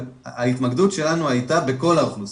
ההתמקדות שלנו הייתה בכל האוכלוסיות,